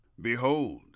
Behold